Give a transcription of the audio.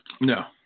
No